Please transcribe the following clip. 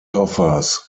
offers